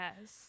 yes